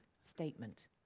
statement